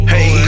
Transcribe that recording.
Hey